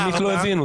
עמית לא הבין.